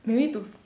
maybe to